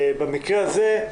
במקרה הזה,